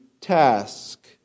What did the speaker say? task